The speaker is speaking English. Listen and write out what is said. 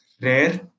rare